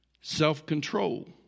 self-control